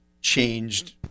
changed